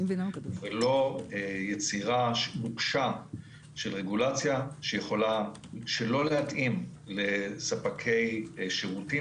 ולא יצירה נוקשה של רגולציה שיכולה שלא להתאים לספקי שירותים